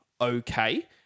okay